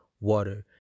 water